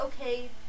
okay